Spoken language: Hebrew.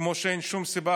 כמו שאין שום סיבה,